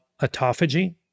autophagy